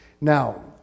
Now